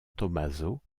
tommaso